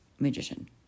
Magician